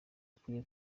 akwiye